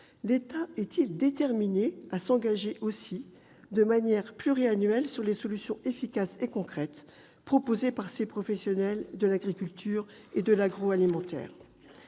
L'État est-il déterminé à s'engager aussi, de manière pluriannuelle, sur les solutions efficaces et concrètes proposées par ces professionnels de l'agriculture et de l'agroalimentaire ?